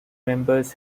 members